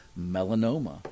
melanoma